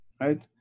right